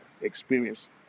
experience